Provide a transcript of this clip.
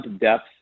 depth